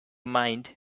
mind